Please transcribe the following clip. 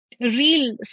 real